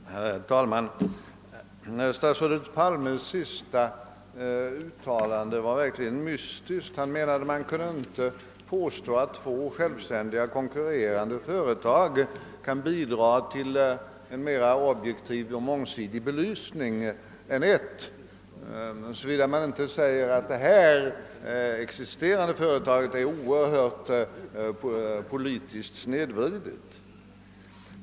Herr talman! Statsrådet Palmes senaste uttalande var verkligen mystiskt. Han menade tydligen att två självständiga, konkurrerande företag inte kan bidra till en mera objektiv och mångsidig belysning än ett företag, såvida man inte säger att det existerande företagets program är starkt snedvridna.